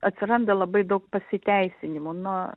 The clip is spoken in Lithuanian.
atsiranda labai daug pasiteisinimų nu